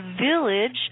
village